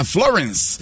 Florence